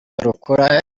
rukora